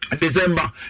December